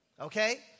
Okay